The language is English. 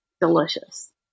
delicious